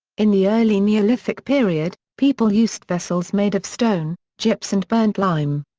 in the early neolithic period, people used vessels made of stone, gyps and burnt lime.